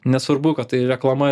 nesvarbu kad tai reklama